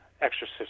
exorcist